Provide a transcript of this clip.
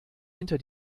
hinter